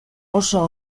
oso